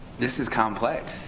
this is complex,